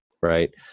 Right